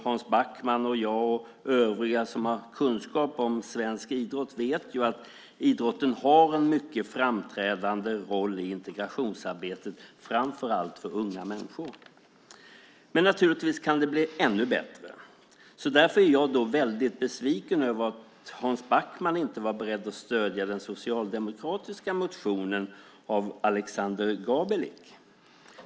Hans Backman, jag och övriga som har kunskap om svensk idrott vet att idrotten har en mycket framträdande roll i integrationsarbetet framför allt för unga människor. Men naturligtvis kan det bli ännu bättre. Därför är jag besviken över att Hans Backman inte var beredd att stödja den socialdemokratiska motionen av Aleksander Gabelic.